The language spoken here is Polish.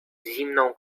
zimną